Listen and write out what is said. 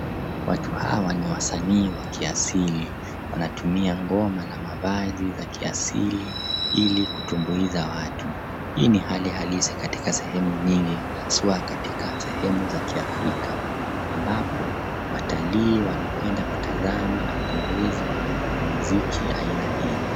Watu hawa ni wasanii wa kiasili wanatumia ngoma na mavazi ya kiasili ili kutimbuiza watu. Hii ni hali halisi katika sehemu nyingi haswa katika sehemu za kiafrika ambapo watalii wanapenda kutazama na kutumbuizwa na miziki ya aina hii.